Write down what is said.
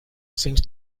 seems